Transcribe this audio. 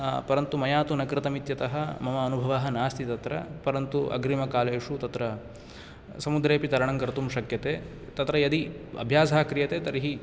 परन्तु मया तु न कृतम् इत्यतः मम अनुभवः नास्ति तत्र परन्तु अग्रिमकालेषु तत्र समुद्रेऽपि तरणं कर्तुं शक्यते तत्र यदि अभ्यासः क्रियते तर्हि